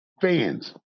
fans